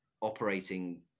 operating